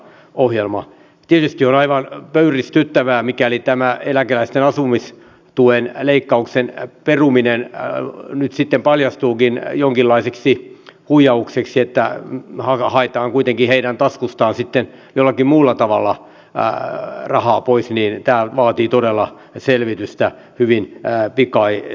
ohjelma kiiski on aivan pöyristyttävää mikäli tämä eläkeläisten asumisen tuen leikkauksen peruminen nyt sitten paljastuukin jonkinlaiseksi huijaukseksi että johanna haitta on kuitenkin heidän taskustaan sitten jollakin muulla tavalla vähän rahaa voi siirtää vaatii todella selvitystä hyvin päätti kaikki